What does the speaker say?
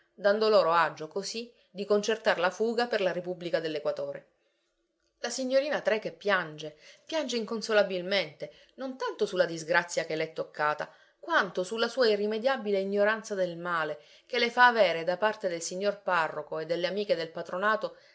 dando loro agio così di concertar la fuga per la repubblica dell'equatore la signorina trecke piange piange inconsolabilmente non tanto sulla disgrazia che le è toccata quanto sulla sua irrimediabile ignoranza del male che le fa avere da parte del signor parroco e delle amiche del patronato